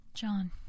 John